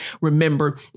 remember